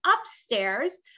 Upstairs